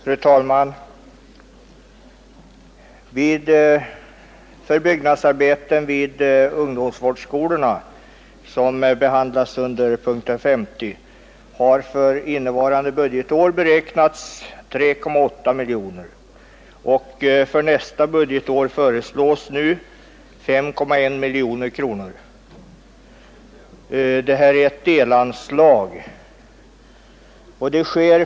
Fru talman! Till byggnadsarbeten vid ungdomsvårdsskolorna, som behandlas under punkten 50, har för innevarande budgetår beräknats 3,8 miljoner, och för nästa budgetår föreslås nu 5,1 miljoner kronor. Det gäller här ett delanslag.